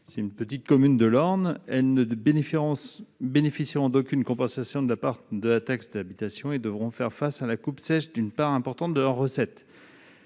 à une petite commune de l'Orne -, puisqu'elles ne bénéficieront d'aucune compensation de la part de taxe d'habitation et devront faire face à la coupe sèche d'une part importante de leurs recettes.